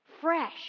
Fresh